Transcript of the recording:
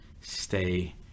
Stay